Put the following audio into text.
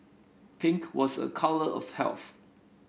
pink was a colour of health